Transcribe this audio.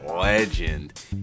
Legend